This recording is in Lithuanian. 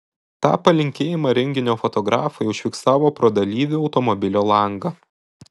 tą palinkėjimą renginio fotografai užfiksavo pro dalyvių automobilio langą